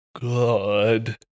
good